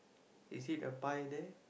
is it a pie there